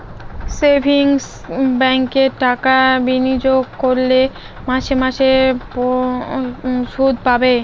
savings ব্যাঙ্কে টাকা বিনিয়োগ করলে মাসে মাসে শুদ পাবে